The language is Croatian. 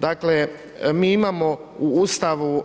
Dakle, mi imamo u Ustavu